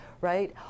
right